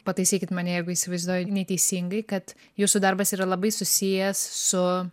pataisykit mane jeigu įsivaizduoju neteisingai kad jūsų darbas yra labai susijęs su